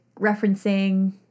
referencing